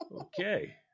Okay